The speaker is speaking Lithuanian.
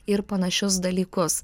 ir panašius dalykus